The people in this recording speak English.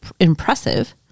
impressive